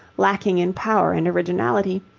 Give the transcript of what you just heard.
lacking in power and originality,